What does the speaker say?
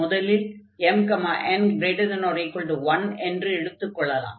முதலில் mn≥1 என்று எடுத்துக் கொள்ளலாம்